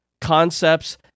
concepts